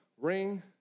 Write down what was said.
ring